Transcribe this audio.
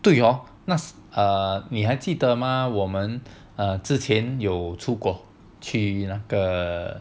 对 hor err 你还记得吗我们之前有出过去那个